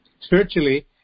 Spiritually